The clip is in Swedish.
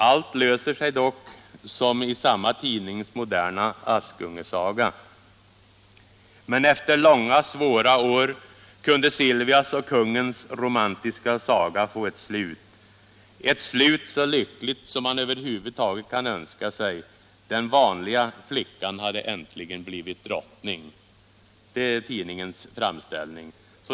Allt löser sig dock, som i samma tidnings moderna ”Askungesaga”: ”Men efter långa svåra år kunde Silvias och kungens romantiska saga få ett slut. Ett slut så lyckligt som man överhuvudtaget kan önska sig. Den vanliga flickan hade äntligen blivit drottning.” Det är tidningens framställning.